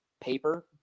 paper